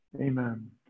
Amen